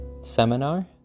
seminar